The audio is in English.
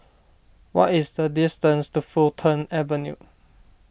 what is the distance to Fulton Avenue